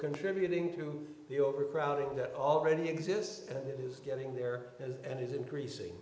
contributing to the overcrowding that already exists and it is getting there and is increasing